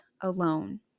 alone